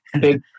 Big